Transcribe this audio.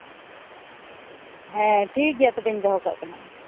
ᱦᱮᱸ ᱴᱷᱤᱠᱜᱮᱭᱟ ᱛᱚᱵᱮᱧ ᱫᱚᱦᱚ ᱠᱟᱜ ᱠᱟᱱᱟ